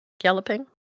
Galloping